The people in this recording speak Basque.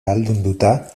ahaldunduta